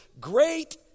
Great